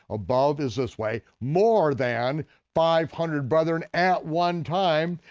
above is this way, more than five hundred brethren at one time,